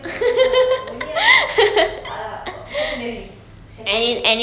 boleh boleh ah boleh ah boleh ah tak lah kat secondary secondary